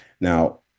Now